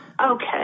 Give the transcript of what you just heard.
Okay